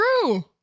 True